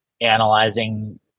analyzing